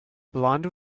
blond